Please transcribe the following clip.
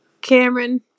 Cameron